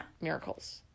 miracles